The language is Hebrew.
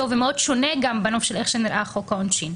ומאוד שונה גם בנוף של איך נראה חוק העונשין.